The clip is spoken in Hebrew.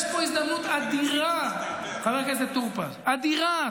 יש פה הזדמנות אדירה, חבר הכנסת טור פז, אדירה.